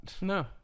No